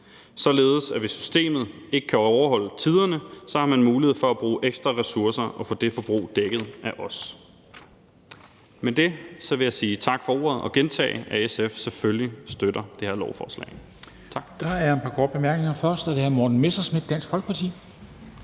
således at hvis systemet ikke kan overholde tiderne, har man mulighed for at bruge ekstra ressourcer og få det forbrug dækket af os. Med det vil jeg sige tak for ordet og gentage, at SF selvfølgelig støtter det her lovforslag.